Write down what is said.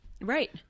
Right